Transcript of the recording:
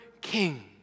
King